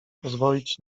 pozwolić